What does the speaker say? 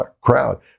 crowd